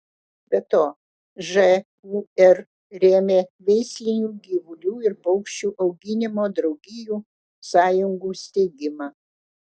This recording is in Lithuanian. be to žūr rėmė veislinių gyvulių ir paukščių auginimo draugijų sąjungų steigimą